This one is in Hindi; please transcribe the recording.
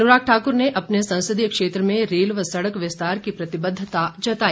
अनुराग ठाकुर ने अपने संसदीय क्षेत्र में रेल व सड़क विस्तार की प्रतिबद्धता जताई